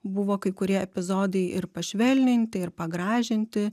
buvo kai kurie epizodai ir pašvelninti ir pagražinti